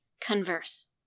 converse